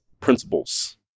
principles